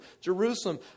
Jerusalem